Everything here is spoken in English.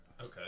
Okay